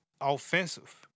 offensive